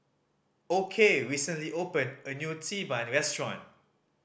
Okey recently opened a new Xi Ban restaurant